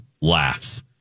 laughs